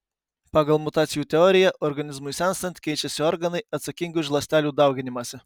pagal mutacijų teoriją organizmui senstant keičiasi organai atsakingi už ląstelių dauginimąsi